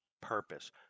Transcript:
purpose